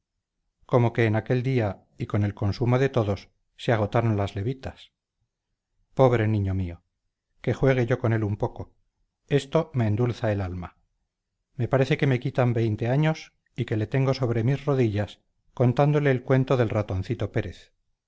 como que en aquel día y con el consumo de todos se agotaron las levitas pobre niño mío que juegue yo con él un poco esto me endulza el alma me parece que me quitan veinte años y que le tengo sobre mis rodillas contándole el cuento del ratoncito pérez